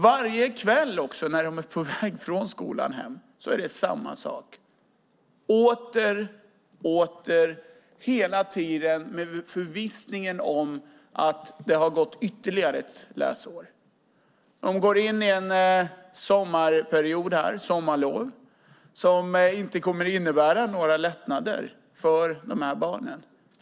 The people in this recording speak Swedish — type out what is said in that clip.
Varje kväll när de är på väg hem från skolan är det samma sak, hela tiden. Nu har det gått ytterligare ett läsår. De här barnen påbörjar ett sommarlov som inte kommer att innebära några lättnader för dem.